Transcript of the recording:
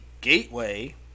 gateway